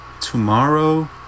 tomorrow